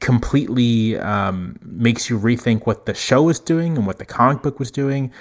completely um makes you rethink what the show is doing and what the comic book was doing.